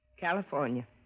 California